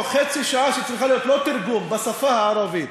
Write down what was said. חצי שעה שצריכה להיות בשפה הערבית,